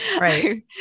Right